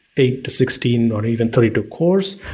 eight to sixteen or even three to course,